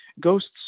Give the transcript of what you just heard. ghosts